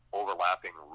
overlapping